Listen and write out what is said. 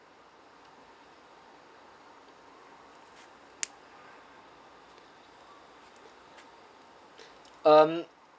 um